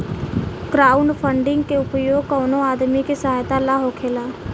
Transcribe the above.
crowdfunding के उपयोग कवनो आदमी के सहायता ला होखेला